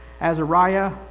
Azariah